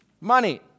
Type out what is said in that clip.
Money